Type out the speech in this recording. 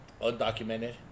undocumented